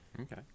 Okay